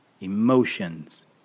emotions